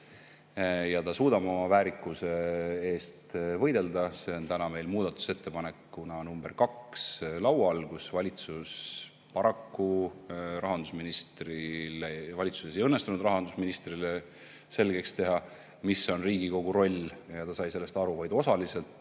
ja ta suudab oma väärikuse eest võidelda. See on täna meil muudatusettepanekuna nr 2 laual. Paraku valitsuses ei õnnestunud rahandusministrile selgeks teha, mis on Riigikogu roll, ja ta sai sellest aru vaid osaliselt,